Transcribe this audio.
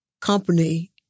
company